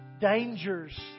dangers